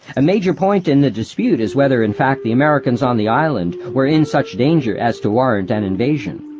a major point in the dispute is whether in fact the americans on the island were in such danger as to warrant an invasion.